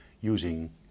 using